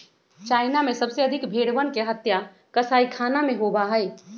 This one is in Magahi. चाइना में सबसे अधिक भेंड़वन के हत्या कसाईखाना में होबा हई